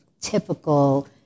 typical